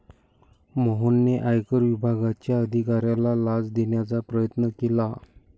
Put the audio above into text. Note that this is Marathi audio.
मोहनने आयकर विभागाच्या अधिकाऱ्याला लाच देण्याचा प्रयत्न केला